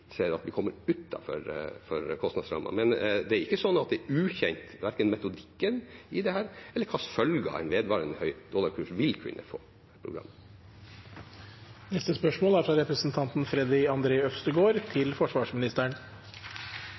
ser at vi kommer utenfor kostnadsrammene. Men det er ikke sånn at det er ukjent – verken metodikken i dette eller hva slags følger en vedvarende høy dollarkurs vil kunne få for programmet.